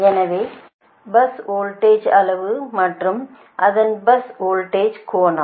எனவே bus voltage அளவு மற்றும் அதன் பஸ் வோல்டேஜ் கோணம்